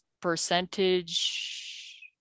percentage